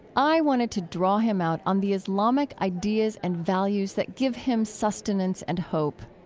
i wanted to draw him out on the islamic ideas and values that give him sustenance and hope.